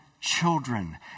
children